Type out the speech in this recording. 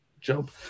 job